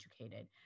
educated